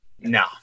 no